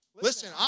Listen